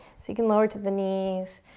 so you can lower to the knees.